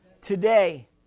Today